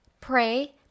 pray